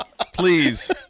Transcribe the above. Please